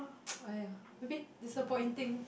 !aiya! a bit disappointing